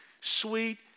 sweet